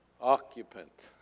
occupant